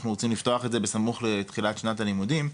אנחנו רוצים לפתוח את זה בסמוך לתחילת שנת הלימודים,